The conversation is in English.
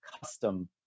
custom